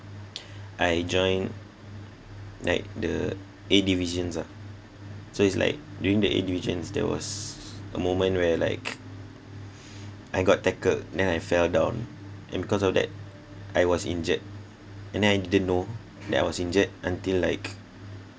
I joined like the A divisions ah so it's like during the A divisions there was a moment where like I got tackled then I fell down and because of that I was injured and I didn't know that I was injured until like